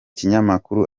kinyamakuru